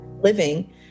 living